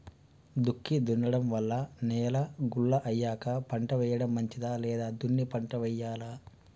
దుక్కి దున్నడం వల్ల నేల గుల్ల అయ్యాక పంట వేయడం మంచిదా లేదా దున్ని పంట వెయ్యాలా?